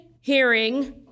hearing